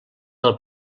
del